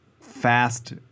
fast